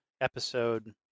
episode